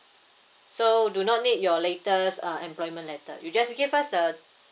so do not need your letter uh employment letter you just give us the